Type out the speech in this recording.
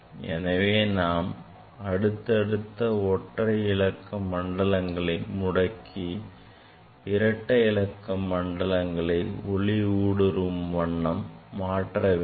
எனவே நாம் அடுத்தடுத்த ஒற்றை இலக்க மண்டலங்களை முடக்கி இரட்டை இலக்க மண்டலங்களை ஒளி ஊடுருவும் வண்ணம் மாற்ற வேண்டும்